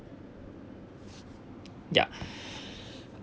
ya